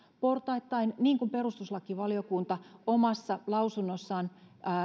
portaittain niin kuin perustuslakivaliokunta omassa lausunnossaan